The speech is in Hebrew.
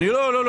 לא, לא.